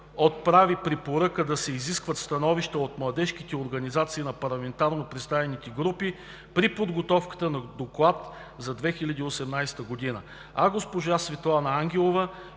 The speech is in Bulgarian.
отправи препоръка да се изискват становища от младежките организации на парламентарно представените групи при подготовка на Доклад 2018 г., а госпожа Светлана Ангелова